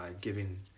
giving